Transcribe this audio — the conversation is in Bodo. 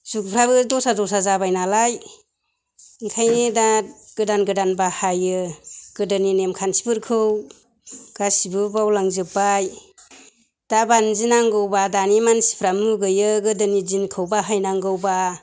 जुगफ्राबो दस्रा दस्रा जाबाय नालाय ओंखायनो दा गोदान गोदान बाहायो गोदोनि नेम खान्थिफोरखौ गासैबो बावलांजोब्बाय दा मान्जिनांगौबा दानि मानसिफोरा मुगैयो गोदोनि दिनखौ बाहायनांगौबा